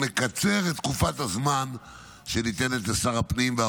נקצר את תקופת הזמן הניתנת לשר הפנים ושר